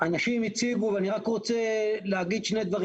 אני רוצה להגיד רק שני דברים.